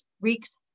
reeks